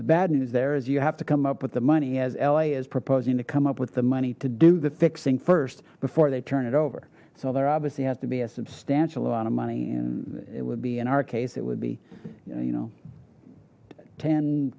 bad news there is you have to come up with the money as la is proposing to come up with the money to do the fixing first before they turn it over so there obviously has to be a substantial amount of money and it would be in our case it would be you know